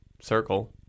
circle